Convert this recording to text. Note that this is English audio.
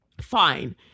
fine